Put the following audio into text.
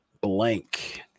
Blank